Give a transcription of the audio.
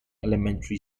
elementary